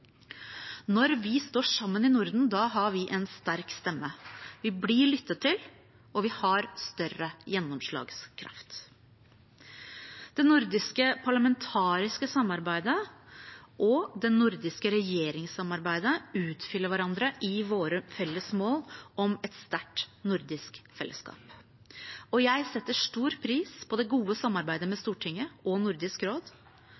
Når vi står sammen i Norden, har vi en sterk stemme. Vi blir lyttet til, og vi har større gjennomslagskraft. Det nordiske parlamentariske samarbeidet og det nordiske regjeringssamarbeidet utfyller hverandre i våre felles mål om et sterkt nordisk fellesskap. Jeg setter stor pris på det gode samarbeidet med Stortinget og Nordisk råd,